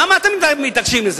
למה אתם מתעקשים על זה?